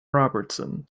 robertson